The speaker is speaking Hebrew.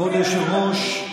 כבוד היושב-ראש,